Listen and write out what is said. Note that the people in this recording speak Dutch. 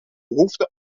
behoefte